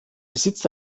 besitzt